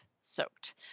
soaked